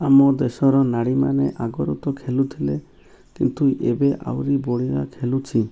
ଆମ ଦେଶର ନାରୀମାନେ ଆଗରୁ ତ ଖେଳୁଥିଲେ କିନ୍ତୁ ଏବେ ଆହୁରି ବଢ଼ଆ ଖେଳୁଛି